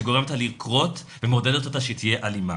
שגורמת לה לקרות ומעודדת אותה שהיא תהיה אלימה.